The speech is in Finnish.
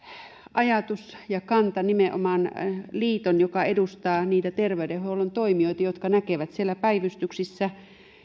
ajatus ja kanta nimenomaan liiton joka edustaa niitä terveydenhuollon toimijoita jotka näkevät siellä päivystyksissä